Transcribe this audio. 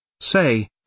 Say